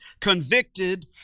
convicted